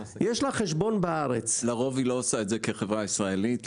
יש לה חשבון בארץ --- לרוב היא לא עושה את זה כחברה ישראלית,